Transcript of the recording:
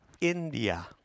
India